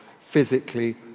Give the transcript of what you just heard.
physically